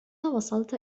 وصلت